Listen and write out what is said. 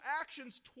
actions